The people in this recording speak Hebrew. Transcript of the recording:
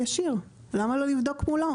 למה לא לבדוק מולו?